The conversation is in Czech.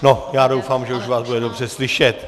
No, já doufám, že už vás bude dobře slyšet.